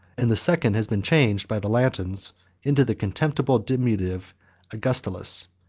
and the second has been changed by the latins into the contemptible diminutive augustulus.